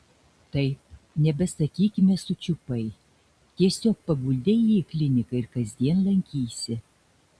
taip nebesakykime sučiupai tiesiog paguldei jį į kliniką ir kasdien lankysi